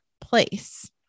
place